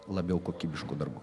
labiau kokybišku darbu